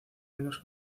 menos